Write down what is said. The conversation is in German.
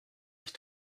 ich